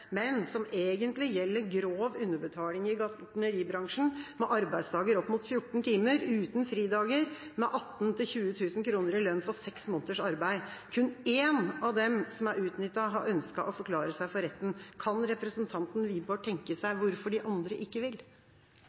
men som egentlig gjelder grov underbetaling i gartneribransjen, med arbeidsdager opp mot 14 timer, uten fridager, og med 18 000–20 000 kr i lønn for seks måneders arbeid. Kun én av dem som ble utnyttet, har ønsket å forklare seg for retten. Kan representanten Wiborg tenke seg hvorfor de andre ikke vil?